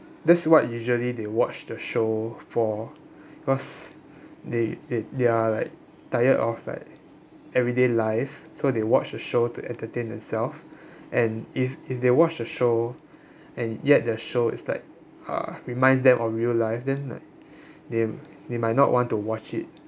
that's what usually they watch the show for cause they they they're like tired of like everyday life so they watch a show to entertain themselves and if if they watch a show and yet the show is like uh reminds them of real-life then like they they might not want to watch it